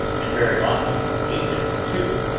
and very often ate it too,